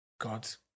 God's